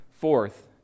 fourth